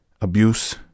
abuse